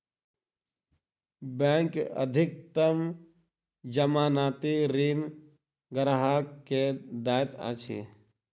bank अधिकतम जमानती ऋण ग्राहक के दैत अछि